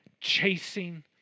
chasing